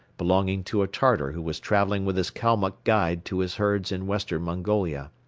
belonging to a tartar who was traveling with his kalmuck guide to his herds in western mongolia.